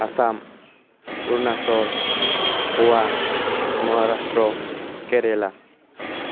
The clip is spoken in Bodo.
आसाम अरुणाचल गवा महाराष्ट्र केरेला